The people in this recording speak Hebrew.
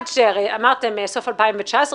הרי אמרתם סוף 2019,